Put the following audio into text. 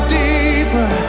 deeper